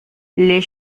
les